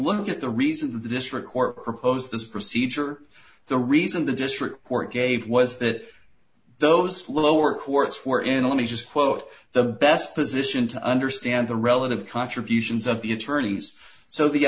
look at the reason that the district court proposed this procedure the reason the district court gave was that those lower courts were in let me just quote the best position to understand the relative contributions of the attorneys so the